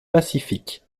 pacifique